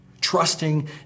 trusting